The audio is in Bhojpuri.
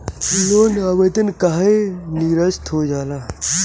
लोन आवेदन काहे नीरस्त हो जाला?